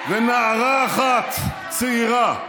ונערה אחת צעירה,